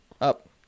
Up